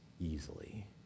easily